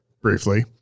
briefly